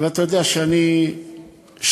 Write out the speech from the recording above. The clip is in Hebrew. ואתה יודע שאני שקוף,